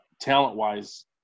talent-wise